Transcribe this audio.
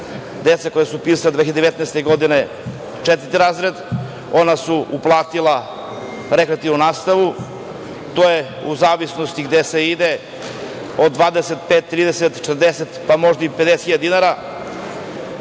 dece koja su upisala 2019. godine četvrti razred, ona su uplatila rekreativnu nastavu. To je u zavisnosti gde se ide, od 25, 30, 40, pa možda i 50 hiljada